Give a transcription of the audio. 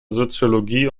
soziologie